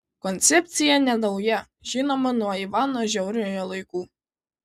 koncepcija nenauja žinoma nuo ivano žiauriojo laikų